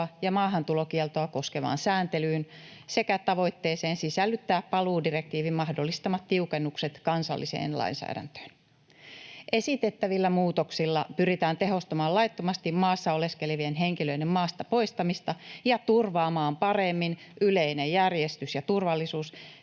ja maahantulokieltoa koskevaan sääntelyyn sekä tavoitteeseen sisällyttää paluudirektiivin mahdollistamat tiukennukset kansalliseen lainsäädäntöön. Esitettävillä muutoksilla pyritään tehostamaan laittomasti maassa oleskelevien henkilöiden maasta poistamista ja turvaamaan paremmin yleinen järjestys ja turvallisuus